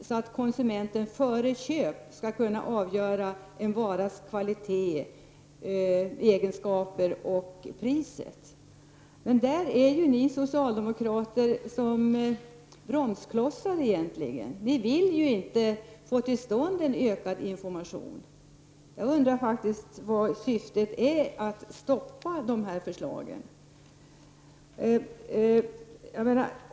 Då kan ju konsumenten före köpet avgöra en varas kvalitet och egenskaper jämförda med priset. På den punkten är ju ni socialdemokrater bromsklossar. Ni vill ju inte få till stånd ökad information! Jag undrar faktiskt vilket syftet är med att stoppa förslagen.